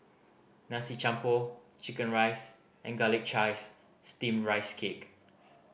Nasi Campur chicken rice and Garlic Chives Steamed Rice Cake